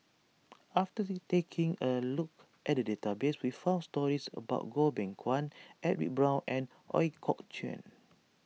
after taking a look at the database we found stories about Goh Beng Kwan Edwin Brown and Ooi Kok Chuen